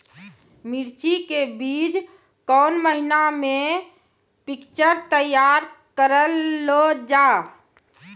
मिर्ची के बीज कौन महीना मे पिक्चर तैयार करऽ लो जा?